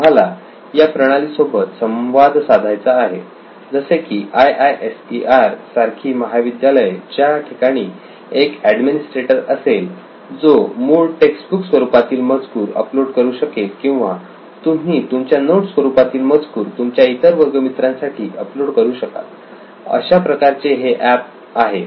आम्हाला या प्रणाली सोबत संवाद साधायचा आहे जसे की IISER सारखी महाविद्यालय ज्या ठिकाणी एक ऍडमिनिस्ट्रेटर असेल जो मूळ टेक्स्ट बुक स्वरूपातील मजकूर अपलोड करू शकेल किंवा तुम्ही तुमच्या नोट्स स्वरूपातील मजकूर तुमच्या इतर वर्ग मित्रांसाठी अपलोड करू शकाल अशाप्रकारचे हे एप आहे